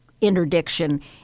interdiction